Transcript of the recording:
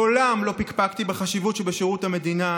מעולם לא פקפקתי בחשיבות שבשירות המדינה.